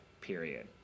Period